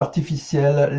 artificiels